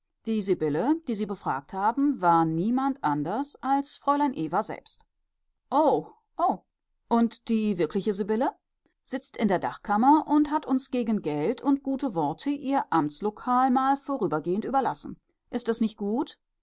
die sibylle die sie befragt haben war niemand anders als fräulein eva selbst oh oh und die wirkliche sibylle sitzt in der dachkammer und hat uns gegen geld und gute worte ihr amtslokal mal vorübergehend überlassen ist das nicht gut